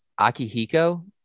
Akihiko